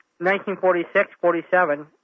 1946-47